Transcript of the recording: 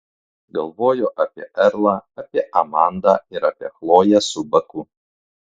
galvojo apie erlą apie amandą ir apie chloję su baku